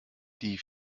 die